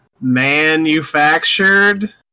manufactured